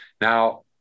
Now